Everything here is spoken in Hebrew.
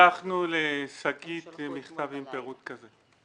שלחנו לשגית מכתב עם פירוט כזה.